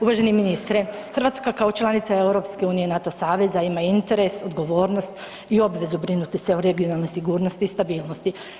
Uvaženi ministre, Hrvatska kao članica EU i NATO saveza ima interes, odgovornost i obvezu brinuti se o regionalnoj sigurnosti i stabilnosti.